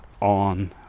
on